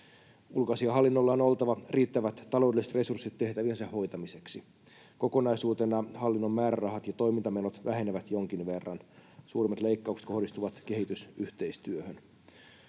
Ulkoasiainhallinnolla on oltava riittävät taloudelliset resurssit tehtäviensä hoitamiseksi. Kokonaisuutena hallinnon määrärahat ja toimintamenot vähenevät jonkin verran. Suurimmat leikkaukset kohdistuvat kehitysyhteistyöhön.